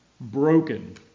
broken